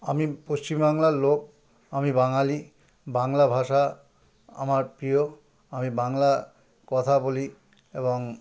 আমি পশ্চিমবাংলার লোক আমি বাঙালি বাংলা ভাষা আমার প্রিয় আমি বাংলা কথা বলি এবং